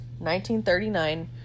1939